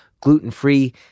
gluten-free